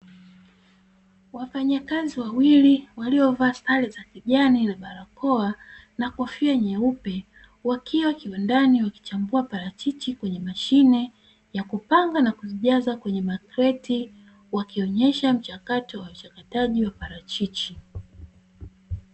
Wafanyakazi wawili waliovaa sare za kijani na barakoa na kofia nyeupe, wakiwa kiwandani wakichambua parachichi kwenye mashine, yakupanga na kuzijaza kwenye makreti, wakionyesha mchakato wa uchakataji wa maparachichi.